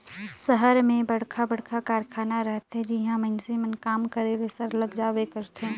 सहर मन में बड़खा बड़खा कारखाना रहथे जिहां मइनसे मन काम करे ले सरलग जाबे करथे